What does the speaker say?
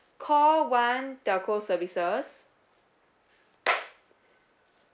call one telco services